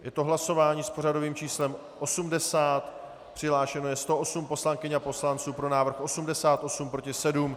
Je to hlasování s pořadovým číslem 80, přihlášeno je 108 poslankyň a poslanců, pro návrh 88, proti 7.